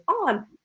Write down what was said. on